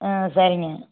ஆ சரிங்க